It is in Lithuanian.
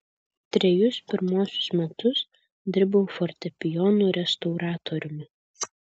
trejus pirmuosius metus dirbau fortepijonų restauratoriumi